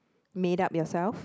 made up yourself